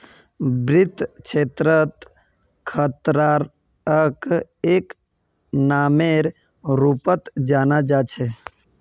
वित्त क्षेत्रत खतराक एक नामेर रूपत जाना जा छे